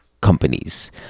companies